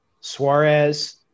Suarez